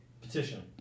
Petition